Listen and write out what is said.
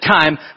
time